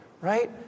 right